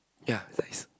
ya nice